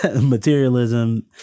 materialism